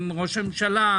עם ראש הממשלה,